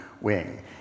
wing